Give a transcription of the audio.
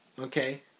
Okay